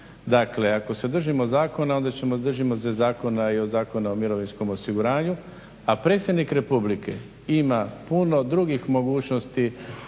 Dakle ako se držimo zakona onda ćemo se držati Zakona o mirovinskom osiguranju, a predsjednik Republike ima puno drugih mogućnosti